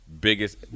biggest